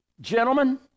Gentlemen